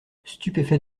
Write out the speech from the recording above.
stupéfait